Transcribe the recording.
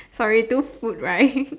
sorry two food right